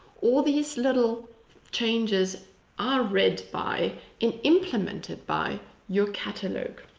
all these little changes are read by and implemented by your catalogue.